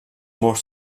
more